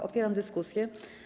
Otwieram dyskusję.